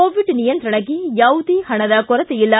Covid ನಿಯಂತ್ರಣಕ್ಕೆ ಯಾವುದೇ ಪಣದ ಕೊರತೆಯಿಲ್ಲ